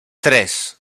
tres